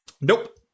Nope